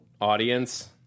audience